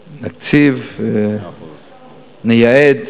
נקציב, נייעד